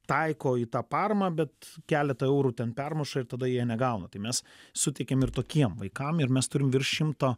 taiko į tą paramą bet keletą eurų ten permuša ir tada jie negauna tai mes suteikiam ir tokiem vaikam ir mes turim virš šimto